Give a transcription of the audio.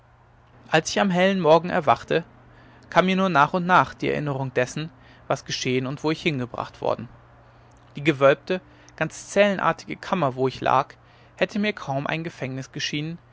als ich am hellen morgen erwachte kam mir nur nach und nach die erinnerung dessen was geschehen und wo ich hingebracht worden die gewölbte ganz zellenartige kammer wo ich lag hätte mir kaum ein gefängnis geschienen